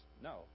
No